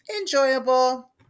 enjoyable